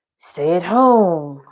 stay at home,